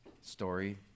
story